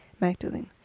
Magdalene